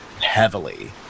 heavily